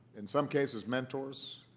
in some cases, mentors.